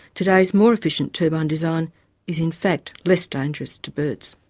today's more efficient turbine design is in fact less dangerous to birds.